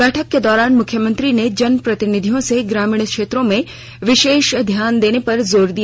बैठक के दौरान मुख्यमंत्री ने जनप्रतिनिधियों से ग्रामीण क्षेत्रों में विशेष ध्यान देने पर जोर दिया